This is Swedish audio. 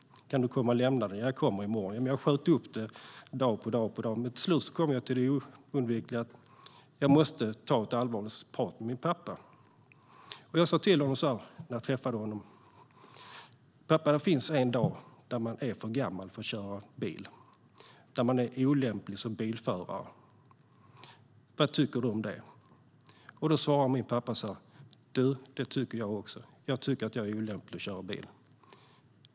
Kan du komma och lämna den? Jag kommer i morgon, sa jag. Jag sköt upp det dag efter dag, men till slut kom jag till det oundvikliga. Jag måste ta ett allvarligt prat med min pappa. När jag träffade honom sa jag: Pappa, det finns en dag då man är för gammal för att köra bil. Då är man olämplig som bilförare. Vad tycker du om det? Då svarade min pappa: Du, det tycker jag också. Jag tycker att jag är olämplig att köra bil.